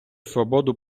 свободу